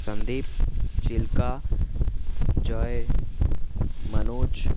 Sandeep Chilka Jay Manoj